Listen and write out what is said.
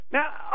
Now